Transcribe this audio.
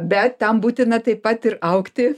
bet tam būtina taip pat ir augti